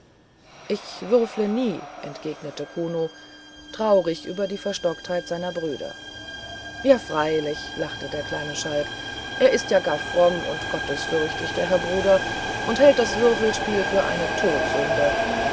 ich würfle nie entgegnete kuno traurig über die verstocktheit seiner brüder ja freilich lachte der kleine schalk er ist ja gar fromm und gottesfürchtig der herr bruder und hält das würfelspiel für eine todsünde